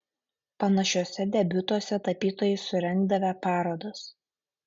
panašiuose debiutuose tapytojai surengdavę parodas